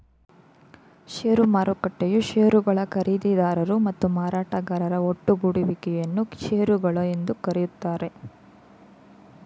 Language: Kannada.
ಷೇರು ಮಾರುಕಟ್ಟೆಯು ಶೇರುಗಳ ಖರೀದಿದಾರರು ಮತ್ತು ಮಾರಾಟಗಾರರ ಒಟ್ಟುಗೂಡುವಿಕೆ ಯನ್ನ ಶೇರುಗಳು ಎಂದು ಕರೆಯುತ್ತಾರೆ